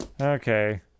Okay